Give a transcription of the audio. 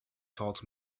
taught